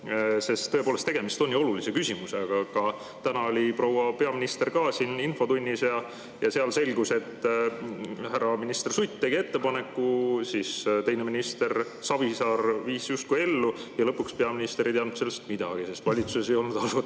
Sest tõepoolest, tegemist on ju olulise küsimusega. Aga täna oli proua peaminister siin infotunnis ja seal selgus, et minister härra Sutt tegi ühe ettepaneku, teine minister Savisaar viis justkui ellu ja lõpuks peaminister ei teadnud sellest midagi, sest valitsus ei olnud asja